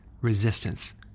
resistance